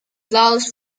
dallas